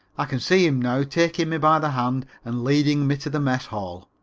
i can see him now taking me by the hand and leading me to the mess-hall.